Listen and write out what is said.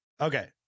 Okay